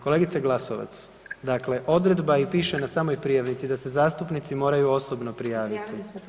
Kolegice Glasovac, dakle odredba i piše na samoj prijavnici da se zastupnici moraju osobno prijaviti.